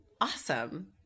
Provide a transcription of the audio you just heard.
Awesome